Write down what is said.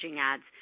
ads